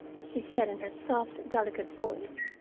she said in her soft, delicate voice.